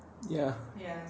ya